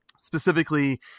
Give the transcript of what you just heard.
Specifically